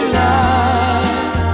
life